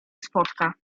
spotka